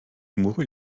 mourut